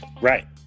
Right